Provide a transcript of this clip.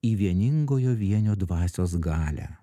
į vieningojo vienio dvasios galią